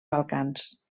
balcans